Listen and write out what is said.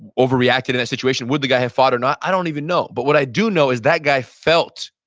overreacted in that situation. would the guy have fought or not? i don't even know, but what i do know is that guy felt,